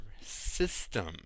system